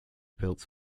built